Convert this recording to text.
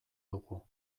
dugu